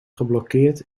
geblokkeerd